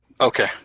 Okay